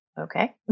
okay